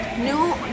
new